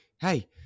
hey